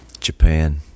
Japan